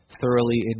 thoroughly